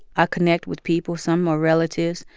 i connect with people. some are relatives.